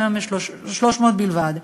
היום יש 300 בלבד.